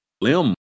limb